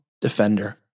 defender